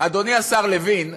אדוני השר לוין,